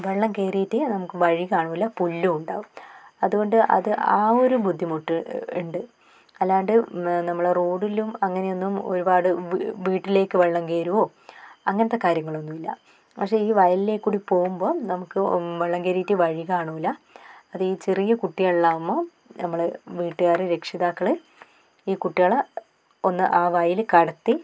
വെള്ളം കയറിയിട്ട് നമുക്ക് വഴി കാണൂല്ല പുല്ലും ഉണ്ടാവും അതുകൊണ്ട് അത് ആ ഒരു ബുദ്ധിമുട്ട് ഉണ്ട് അല്ലാണ്ട് നമ്മൾ റോഡിലും അങ്ങനെ ഒന്നും ഒരുപാട് വ് വീട്ടിലേയ്ക്ക് വെള്ളം കയറുവോ അങ്ങനത്തെ കാര്യങ്ങളൊന്നുമില്ല പക്ഷേ ഈ വയലിലേക്കൂടി പോകുമ്പോൾ നമുക്ക് വെള്ളം കയറിയിട്ട് വഴി കാണൂല്ല അത് ഈ ചെറിയ കുട്ടികൾളാകുമ്പോൾ നമ്മൾ വീട്ട്കാർ രക്ഷിതാക്കൾ ഈ കുട്ടികളെ ഒന്ന് ആ വയൽ കടത്തി